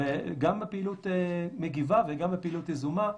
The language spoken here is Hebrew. גם בפעילות מגיבה וגם בפעילות יזומה.